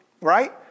right